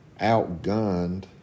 outgunned